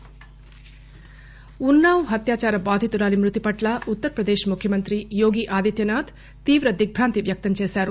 ఉన్సా వ్ ఉన్నావ్ హత్యాచార బాధితురాలి మృతిపట్ల ఉత్తర్ ప్రదేశ్ ముఖ్యమంత్రి యోగి ఆదిత్యనాథ్ తీవ్ర దిగ్బాంతి వ్యక్తం చేశారు